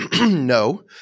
no